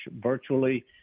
virtually